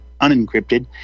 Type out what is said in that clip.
unencrypted